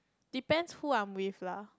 depends who I'm with lah